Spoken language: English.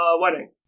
wedding